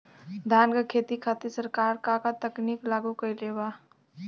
धान क खेती खातिर सरकार का का तकनीक लागू कईले बा?